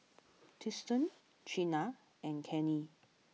Tristen Chynna and Cannie